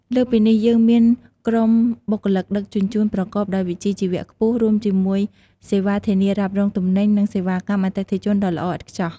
លើសពីនេះ យើងមានក្រុមបុគ្គលិកដឹកជញ្ជូនប្រកបដោយវិជ្ជាជីវៈខ្ពស់ រួមជាមួយសេវាធានារ៉ាប់រងទំនិញ និងសេវាកម្មអតិថិជនដ៏ល្អឥតខ្ចោះ។